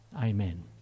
Amen